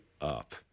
up